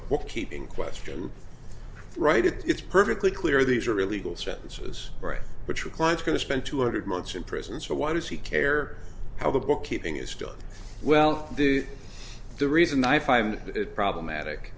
book keeping question right it's perfectly clear these are illegal sentences right but your client's going to spend two hundred months in prison so why does he care how the bookkeeping is done well do the reason i find it problematic